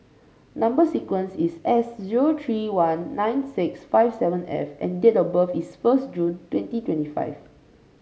number sequence is S zero three one nine six five seven F and date of birth is first June twenty twenty five